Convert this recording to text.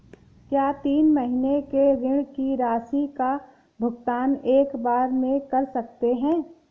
क्या तीन महीने के ऋण की राशि का भुगतान एक बार में कर सकते हैं?